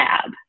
tab